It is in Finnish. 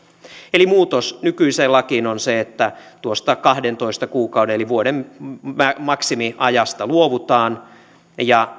eli muutos nykyiseen lakiin on se että tuosta kahdentoista kuukauden eli vuoden maksimiajasta luovutaan ja